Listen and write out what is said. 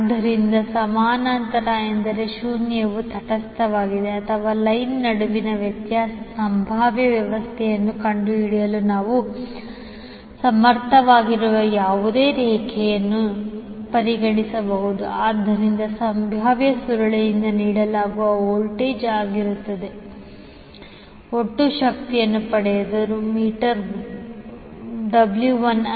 ಆದ್ದರಿಂದ ಸಮಾನಾಂತರ ಎಂದರೆ ಶೂನ್ಯವು ತಟಸ್ಥವಾಗಿದೆ ಅಥವಾ line ನಡುವಿನ ವ್ಯತ್ಯಾಸ ಸಂಭಾವ್ಯ ವ್ಯತ್ಯಾಸವನ್ನು ಕಂಡುಹಿಡಿಯಲು ನಾವು ಸಮರ್ಥವಾಗಿರುವ ಯಾವುದೇ ರೇಖೆಯನ್ನು ನೀವು ಪರಿಗಣಿಸಬಹುದು ಆದ್ದರಿಂದ ಸಂಭಾವ್ಯ ಸುರುಳಿಯಿಂದ ನೀಡಲಾಗುವ ವೋಲ್ಟೇಜ್ ಆಗಿರುತ್ತದೆ ಮತ್ತು ಒಟ್ಟು ಶಕ್ತಿಯನ್ನು ಪಡೆಯುತ್ತದೆ ಮೀಟರ್ 𝑊1